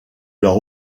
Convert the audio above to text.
leur